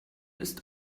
ist